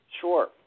Sure